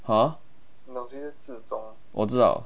!huh! 我知道